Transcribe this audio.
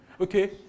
Okay